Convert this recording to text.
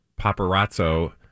paparazzo